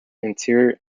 interior